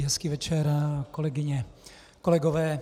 Hezký večer, kolegyně a kolegové.